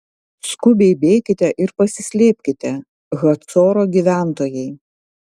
skubiai bėkite ir pasislėpkite hacoro gyventojai